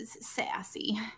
sassy